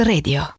Radio